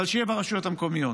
אבל שיהיה ברשויות המקומיות.